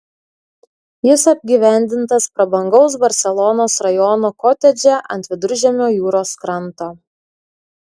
jis apgyvendintas prabangaus barselonos rajono kotedže ant viduržiemio jūros kranto